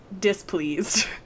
Displeased